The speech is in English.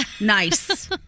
Nice